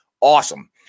awesome